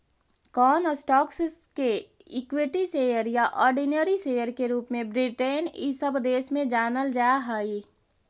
कौन स्टॉक्स के equity share या ऑर्डिनरी शेयर के रूप में ब्रिटेन इ सब देश में जानल जा हई